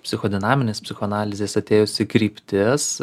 psichodinaminės psichoanalizės atėjusi kryptis